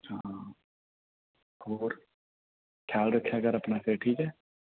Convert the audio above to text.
ਹਾਂ ਹੋਰ ਖਿਆਲ ਰੱਖਿਆ ਕਰ ਆਪਣਾ ਫਿਰ ਠੀਕ ਹੈ